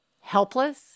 helpless